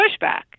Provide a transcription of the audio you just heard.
pushback